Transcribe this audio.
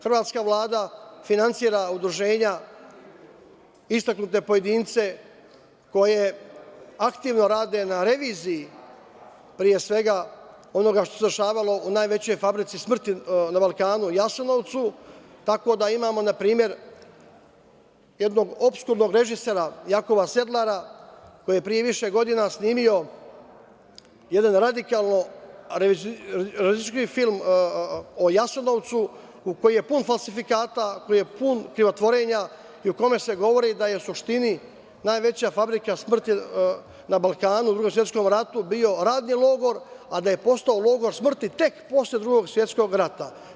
Hrvatska Vlada finansira udruženja, istaknute pojedince koji aktivno rade na reviziji, pre svega, onoga što se dešavalo u najvećoj fabrici smrti na Balkanu, Jasenovcu, tako da imamo npr. jednog režisera Jakova Sedlara koji je pre više godina snimio jedan radikalan film o Jasenovcu koji je pun falsifikata, koji je pun krivotvorenja i u kome se govori da je u suštini najveća fabrika smrti na Balkanu u Drugom svetskom ratu bio radni logor, a da je postao logor smrti tek posle Drugog svetskog rata.